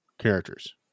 characters